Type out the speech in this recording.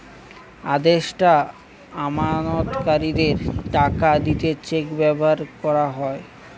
আদেষ্টা আমানতকারীদের টাকা দিতে চেক ব্যাভার কোরা হয়